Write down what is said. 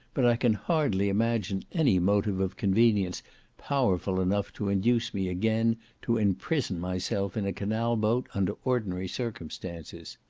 but i can hardly imagine any motive of convenience powerful enough to induce me again to imprison myself in a canal boat under ordinary circumstances.